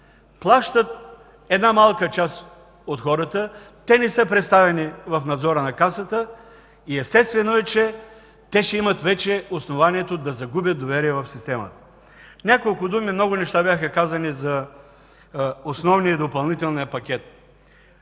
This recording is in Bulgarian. Плащат малка част от хората. Те не са представени в Надзора на Касата. Естествено е, че ще имат основание да загубят доверие в системата. Още няколко думи. Много неща бяха казани за основния и допълнителния пакет.